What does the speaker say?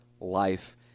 life